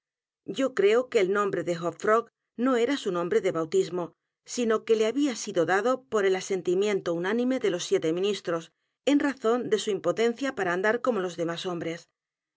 yo creo que el nombre de h o p f r o g no era su nombre de bautismo bop dar saltitoa frog rana hop frog sino que le había sido dado por el asentimiento u n á nime de los siete ministros en razón de su impotencia p a r a andar como los demás